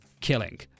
killing